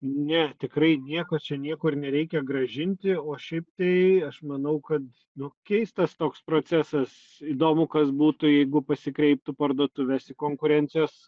ne tikrai nieko čia niekur nereikia grąžinti o šiaip tai aš manau kad nu keistas toks procesas įdomu kas būtų jeigu pasikreiptų parduotuvės į konkurencijos